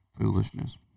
foolishness